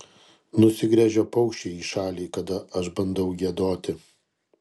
nusigręžia paukščiai į šalį kada aš bandau giedoti